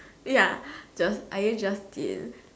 ya just are you Justin